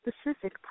specific